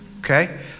Okay